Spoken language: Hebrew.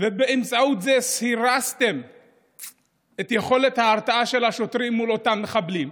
ובאמצעות זה סירסתם את יכולת ההרתעה של שוטרים מול אותם מחבלים?